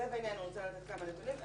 בלב העניין אני רוצה לתת כמה נתונים.